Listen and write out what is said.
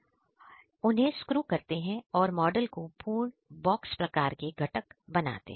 हम इन हिस्सों को फिट करते हैं उन्हें स्क्रू करते हैं और मॉडल को पूर्ण बॉक्स प्रकार के घटक बनाते हैं